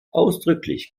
ausdrücklich